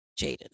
Jaden